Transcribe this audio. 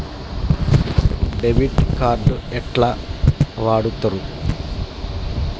Debit card ఎట్లా వాడుతరు?